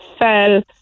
fell